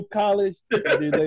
college